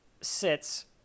sits